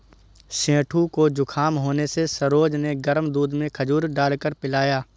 सेठू को जुखाम होने से सरोज ने गर्म दूध में खजूर डालकर पिलाया